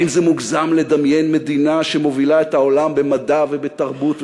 האם זה מוגזם לדמיין מדינה שמובילה את העולם במדע ובתרבות,